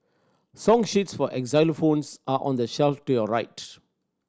song sheets for xylophones are on the shelf to your right